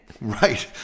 Right